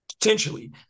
potentially